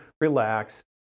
relax